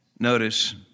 Notice